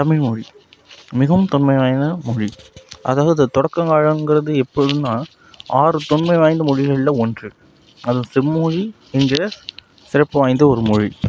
தமிழ் மொழி மிகவும் தொன்மையான மொழி அதாவது தொடக்க காலாம்குறது எப்படின்னா ஆறு தொன்மை வாய்ந்த மொழிகளில் ஒன்று அது செம்மொழி என்கிற சிறப்பு வாய்ந்த ஒரு மொழி